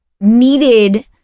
needed